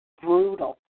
brutal